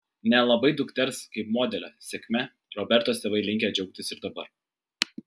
nelabai dukters kaip modelio sėkme robertos tėvai linkę džiaugtis ir dabar